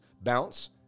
bounce